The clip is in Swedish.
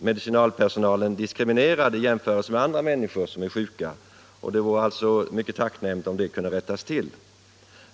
Medicinalpersonalen blir alltså diskriminerad i jämförelse med andra människor som är sjuka. Det vore mycket tacknämligt om det kunde rättas till.